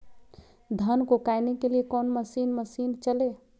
धन को कायने के लिए कौन मसीन मशीन चले?